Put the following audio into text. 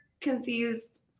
confused